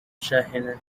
شاحنة